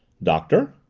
doctor.